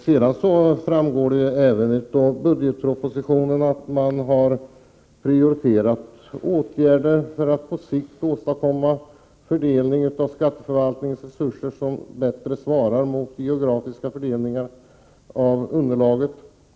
Det framgår också av budgetpropositionen att man har prioriterat åtgärder för att på sikt åstadkomma en fördelning av skatteförvaltningens resurser som bättre svarar mot den geografiska fördelningen av underlaget.